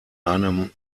einem